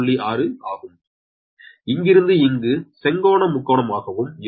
6 ஆகும் இங்கிருந்து இங்கு செங்கோண முக்கோணமாகவும் இருக்கும்